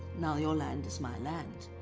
now your land is my land.